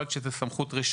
יכול להיות שזאת סמכות רשות,